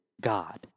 God